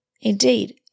Indeed